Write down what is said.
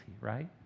right